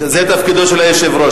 זה תפקידו של היושב-ראש.